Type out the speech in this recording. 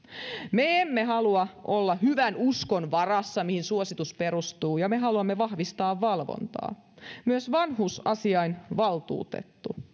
me emme halua olla hyvän uskon varassa mihin suositus perustuu ja me haluamme vahvistaa valvontaa myös vanhusasiainvaltuutettu